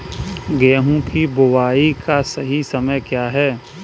गेहूँ की बुआई का सही समय क्या है?